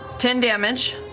ten damage.